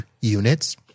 units